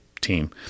team